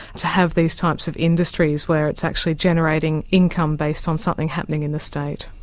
to have these types of industries where it's actually generating income based on something happening in the state.